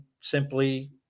simply